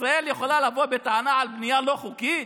ישראל יכולה לבוא בטענה על בנייה לא חוקית?